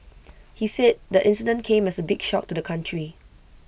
he said the incident came as A big shock to the country